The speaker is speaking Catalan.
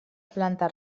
planta